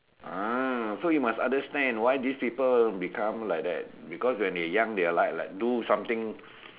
ah so you must understand why these people become like that because when they young they are like like do something